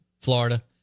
Florida